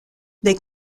les